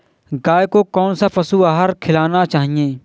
गाय को कौन सा पशु आहार खिलाना चाहिए?